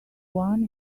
one